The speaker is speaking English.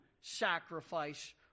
sacrifice